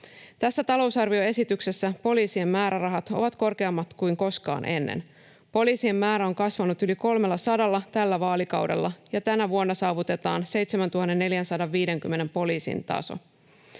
Tässä talousarvioesityksessä poliisien määrärahat ovat korkeammat kuin koskaan ennen. Poliisien määrä on kasvanut yli 300:lla tällä vaalikaudella, ja tänä vuonna saavutetaan 7 450 poliisin taso.